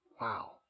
Wow